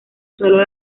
sólo